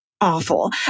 awful